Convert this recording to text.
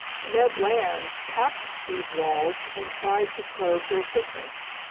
ned land tapped these walls and tried to probe their thickness.